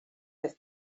peth